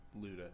Luda